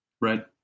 Right